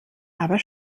aber